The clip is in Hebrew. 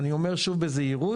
אני אומר שוב בזהירות,